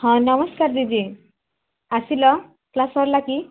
ହଁ ନମସ୍କାର ଦିଦି ଆସିଲ କ୍ଲାସ୍ ସରିଲା କି